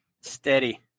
Steady